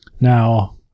Now